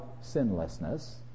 sinlessness